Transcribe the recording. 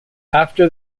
after